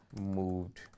moved